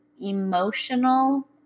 emotional